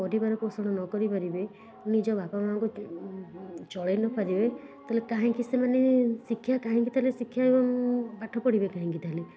ପରିବାର ପୋଷଣ ନ କରି ପାରିବେ ନିଜ ବାପାମାଆଙ୍କୁ ଚଲେଇ ନ ପାରିବେ ତା'ହେଲେ କାହିଁକି ସେମାନେ ଶିକ୍ଷା କାହିଁକି ତା'ହେଲେ ଶିକ୍ଷା ପାଠ ପଢ଼ିବେ କାହିଁକି ତା'ହେଲେ